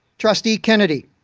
trustee kennedy,